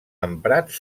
emprats